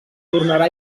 tornarà